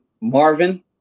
Marvin